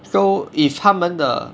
so if 他们的